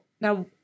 now